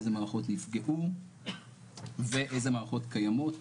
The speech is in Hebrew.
איזה מערכות נפגעו ואיזה מערכות קיימות